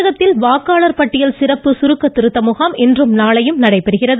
தமிழகத்தில் வாக்காளர் பட்டியல் சிறப்பு சுருக்க திருத்த முகாம் இன்றும் நாளையும் நடைபெறுகிறது